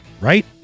right